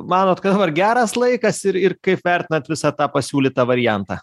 manot kad dabar geras laikas ir ir kaip vertinat visą tą pasiūlytą variantą